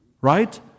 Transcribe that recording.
Right